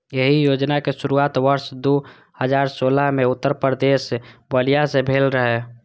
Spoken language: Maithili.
एहि योजनाक शुरुआत वर्ष दू हजार सोलह मे उत्तर प्रदेशक बलिया सं भेल रहै